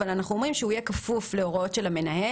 אבל אנחנו אומרים שהוא יהיה כפוף להוראות של המנהל,